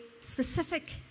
specific